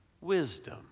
Wisdom